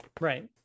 Right